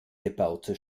gebaute